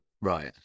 right